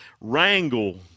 wrangle